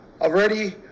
already